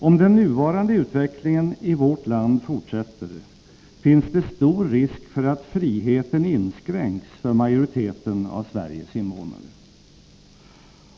Om den nuvarande utvecklingen i vårt land fortsätter, finns det stor risk för att friheten inskränks för majoriteten av Sveriges innevånare.